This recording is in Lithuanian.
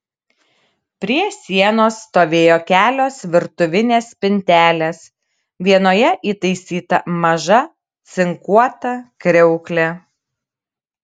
prie sienos stovėjo kelios virtuvinės spintelės vienoje įtaisyta maža cinkuota kriauklė